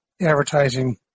advertising